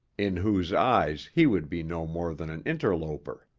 in whose eyes he would be no more than an interloper.